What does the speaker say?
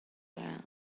around